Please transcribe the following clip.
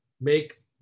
make